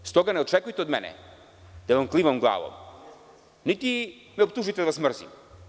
Stoga ne očekujte od mene da vam klimam glavom, niti da me optužujete da vas mrzim.